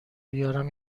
بیارم